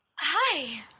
Hi